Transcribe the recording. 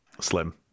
slim